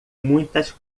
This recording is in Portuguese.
muitas